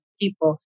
people